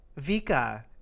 Vika